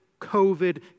COVID